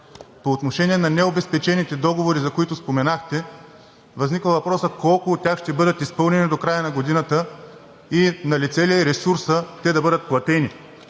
По отношение на необезпечените договори, за които споменахте, възниква въпросът: колко от тях ще бъдат изпълнени до края на годината и налице ли е ресурсът те да бъдат платени,